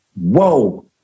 whoa